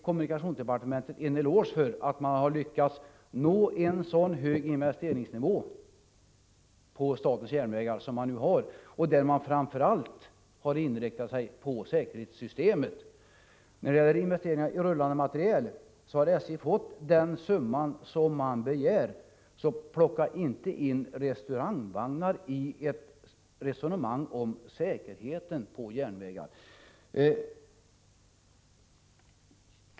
Kommunikationsdepartementet är värt en eloge för att man har lyckats nå denna höga investeringsnivå inom statens järnvägar, där man framför allt har inriktat sig på säkerhetssystemet. När det gäller investeringar i rullande materiel har SJ fått den summa som man begärt. För inte in restaurangvagnar i ett resonemang om säkerheten på järnvägar!